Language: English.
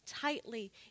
Tightly